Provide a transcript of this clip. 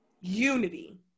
unity